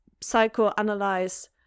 psychoanalyze